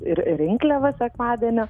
ir rinkliavą sekmadienio